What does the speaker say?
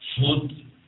food